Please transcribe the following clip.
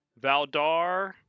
Valdar